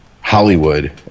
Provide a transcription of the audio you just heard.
Hollywood